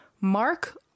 Mark